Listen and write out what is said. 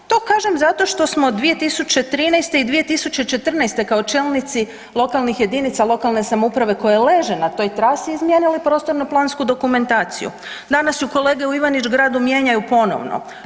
To kažem zato što smo 2013. i 2014. kao čelnici lokalnih jedinica lokalne samouprave koje leže na toj trasi izmijenili prostorno plansku dokumentaciju, danas je kolege u Ivanić Gradu mijenjaju ponovno.